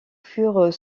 furent